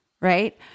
right